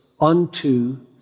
unto